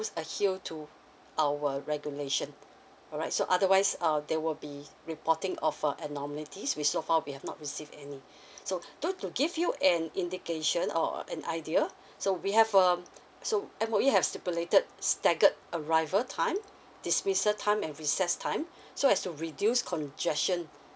adhere to our regulation alright so otherwise err there will be reporting of a we so far we have not received any so so to give you an indication or an idea so we have um so M_O_E have stipulated staggered arrival time dismissal time and recess time so as to reduce congestion